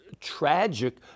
tragic